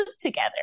together